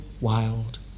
wild